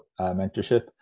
Mentorship